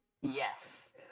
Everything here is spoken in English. Yes